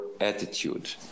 attitude